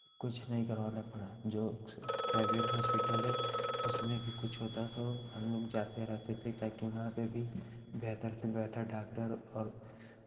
कुछ नहीं करवाना पड़ा जो स प्राइभेट हॉस्पिटल है उसमें भी कुछ होता तो हम लोग जाते रहते थे ताकि वहाँ पे भी बेहतर से बेहतर डाक्टर और